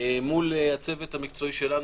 מול הצוות המקצועי שלנו,